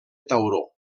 tauró